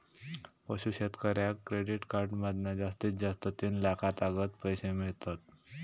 पशू शेतकऱ्याक credit card मधना जास्तीत जास्त तीन लाखातागत पैशे मिळतत